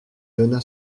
donna